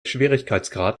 schwierigkeitsgrad